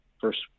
first